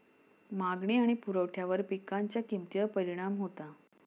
मागणी आणि पुरवठ्यावर पिकांच्या किमतीवर परिणाम होता